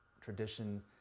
tradition